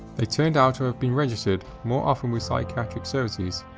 they turned out to have been registered more often with psychiatric services,